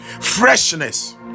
freshness